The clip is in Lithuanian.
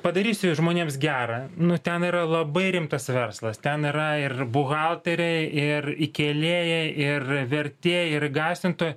padarysi žmonėms gera nu ten yra labai rimtas verslas ten yra ir buhalteriai ir įkėlėjai ir vertėjai ir garsintojai